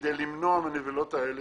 כדי למנוע מהנבלות האלה